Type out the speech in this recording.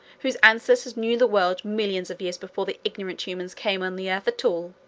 whose ancestors knew the world millions of years before the ignorant humans came on the earth at all.